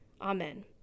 Amen